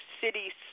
City